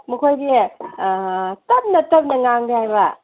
ꯃꯈꯣꯏꯗꯤ ꯑꯥ ꯇꯞꯅ ꯇꯞꯅ ꯉꯥꯡꯗꯦ ꯍꯥꯏꯕ